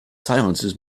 silences